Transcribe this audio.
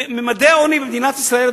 ממדי העוני במדינת ישראל,